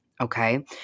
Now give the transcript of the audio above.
okay